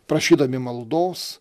prašydami maldos